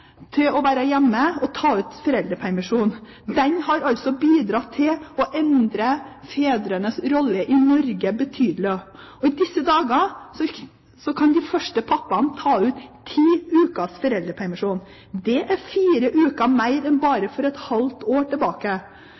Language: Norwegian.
til å være hjemme og ta ut foreldrepermisjon; den har bidratt til å endre fedrenes rolle i Norge betydelig. I disse dagene kan de første pappaene ta ut ti ukers foreldrepermisjon. Det er fire uker mer enn bare for et halvt år tilbake.